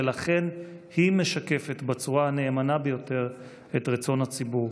ולכן היא משקפת בצורה הנאמנה ביותר את רצון הציבור.